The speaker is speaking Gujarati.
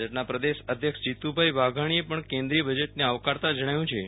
ભાજપા પ્રદેશ અધ્યક્ષ જીતુ ભાઈ વાઘાણીએ પણ કેન્દ્રીય બજેટને આવકારતા જણાવ્યુ છે